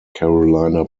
carolina